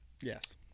Yes